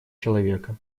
человека